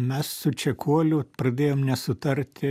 mes su čekuoliu pradėjom nesutarti